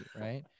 right